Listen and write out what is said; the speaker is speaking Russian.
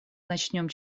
начнем